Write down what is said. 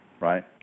right